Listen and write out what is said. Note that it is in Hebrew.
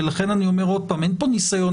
ולכן אני אומר עוד פעם שלא יהיה כאן עכשיו ניסיון